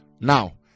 Now